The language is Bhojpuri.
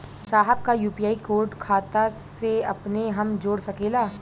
साहब का यू.पी.आई कोड खाता से अपने हम जोड़ सकेला?